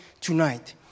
tonight